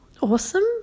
awesome